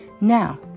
Now